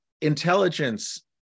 intelligence